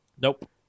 Nope